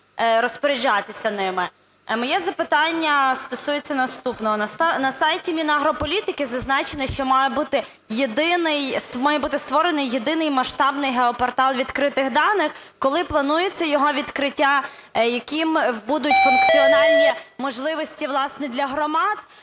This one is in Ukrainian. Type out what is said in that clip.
Моє запитання стосується наступного. На сайті Мінагрополітики зазначено, що має бути створений єдиний масштабний геопортал відкритих даних. Коли планується його відкриття? Якими будуть функціональні можливості, власне, для громад?